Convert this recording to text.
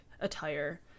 attire